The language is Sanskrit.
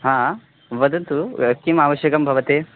हा वदतु किम् आवश्यकम् भवते